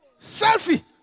Selfie